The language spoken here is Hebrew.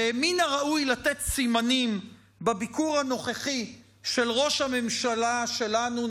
ומן הראוי לתת סימנים בביקור הנוכחי של ראש הממשלה שלנו,